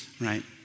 right